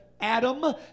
Adam